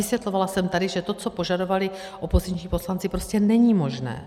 A vysvětlovala jsem tady, že to, co požadovali opoziční poslanci, prostě není možné.